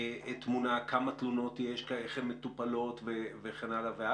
כמה תלונות יש, איך הן מטופלות וכן הלאה?